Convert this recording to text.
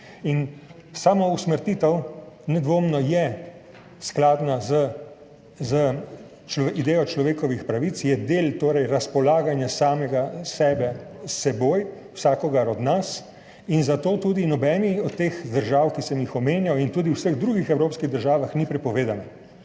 sama usmrtitev je nedvomno skladna z idejo človekovih pravic, je torej del razpolaganja samega sebe s seboj, vsakogar od nas, in zato tudi v nobeni od teh držav, ki sem jih omenjal, in tudi v vseh drugih evropskih državah ni prepovedana.